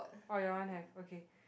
oh your one have okay